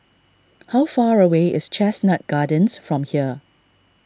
how far away is Chestnut Gardens from here